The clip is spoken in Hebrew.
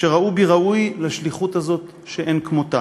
שראו בי ראוי לשליחות הזאת, שאין כמותה,